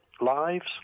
lives